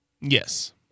Yes